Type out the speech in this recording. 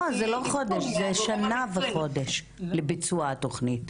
לא, זה לא חודש, זה שנה וחודש לביצוע התוכנית.